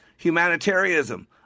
Humanitarianism